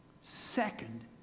Second